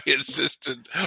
assistant